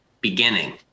beginning